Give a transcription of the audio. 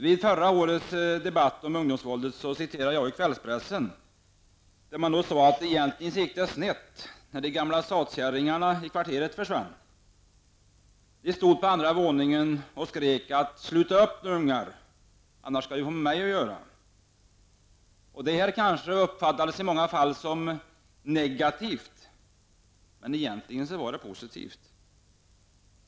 Vid förra årets debatt om ungdomsvåldet citerade jag ur kvällspressen. Där stod det att egentligen gick det snett när de gamla satkärringarna i kvarteret försvann. De stod där på andra våningen och skrek: Sluta upp nu ungar, annars skall ni få med mig att göra. Detta uppfattades kanske i många fall negativt, men i egentligen var det positivt.